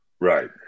Right